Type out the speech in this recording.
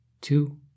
Two